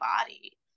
body